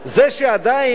זה שעדיין,